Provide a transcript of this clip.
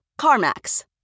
CarMax